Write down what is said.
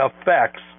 effects